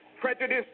prejudice